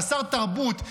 חסר תרבות.